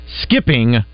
skipping